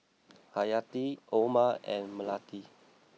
Haryati Omar and Melati